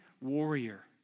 warrior